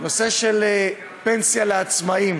פנסיה לעצמאים,